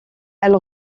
elle